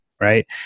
right